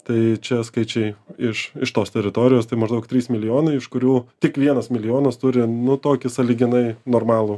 tai čia skaičiai iš iš tos teritorijos tai maždaug trys milijonai iš kurių tik vienas milijonas turi nu tokį sąlyginai normalų